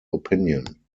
opinion